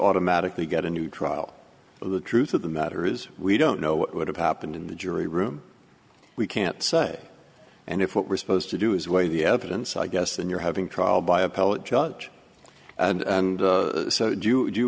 automatically get a new trial for the truth of the matter is we don't know what would have happened in the jury room we can't say and if what we're supposed to do is weigh the evidence i guess and you're having trial by appellate judge and so do you do